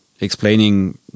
explaining